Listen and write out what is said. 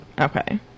Okay